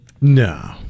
No